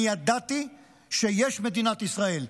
אני ידעתי שיש מדינת ישראל,